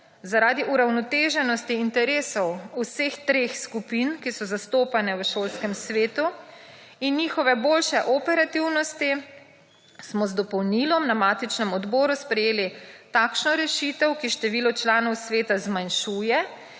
Zaradi uravnoteženosti interesov vseh treh skupin, ki so zastopane v šolskem svetu in njihove boljše operativnosti, smo z dopolnilom na matičnem odboru sprejeli takšno rešitev, ki število članov sveta zmanjšuje